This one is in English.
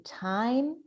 time